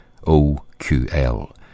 OQL